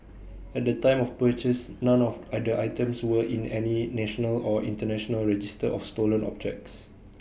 at the time of purchase none of I the items were in any national or International register of stolen objects